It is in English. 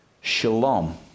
shalom